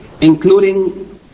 including